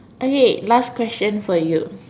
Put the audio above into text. okay last question for you